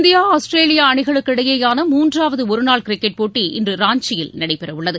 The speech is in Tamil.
இந்தியா ஆஸ்திரேலியா அணிகளுக்கிடையேயான மூன்றாவது ஒருநாள் கிரிக்கெட் போட்டி இன்று ராஞ்சியில் நடைபெறவுள்ளது